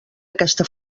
aquesta